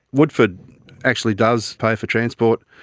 woodford actually does pay for transport.